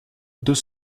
deux